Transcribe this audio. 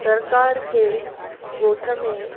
सरकार खे गोठ में